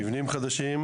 הם מבנים חדשים.